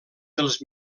dels